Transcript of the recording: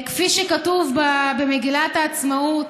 כפי שכתוב במגילת העצמאות,